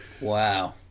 Wow